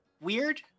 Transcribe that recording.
weird